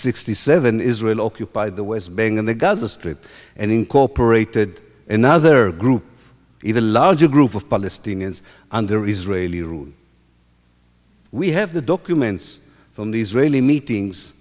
sixty seven israel occupied the west bank and the gaza strip and incorporated another group even a larger group of palestinians under israeli rule we have the documents from the israeli meetings